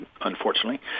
unfortunately